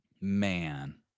Man